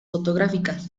fotográficas